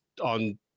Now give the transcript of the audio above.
on